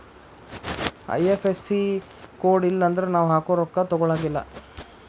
IFSC code ಇಲ್ಲನ್ದ್ರ ನಾವ್ ಹಾಕೊ ರೊಕ್ಕಾ ತೊಗೊಳಗಿಲ್ಲಾ